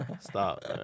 Stop